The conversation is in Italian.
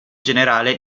generale